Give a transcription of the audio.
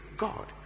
God